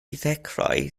ddechrau